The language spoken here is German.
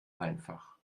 einfach